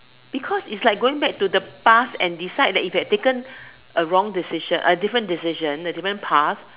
because it's like going back to the past and decide that if you had taken a wrong decision a different decision a different path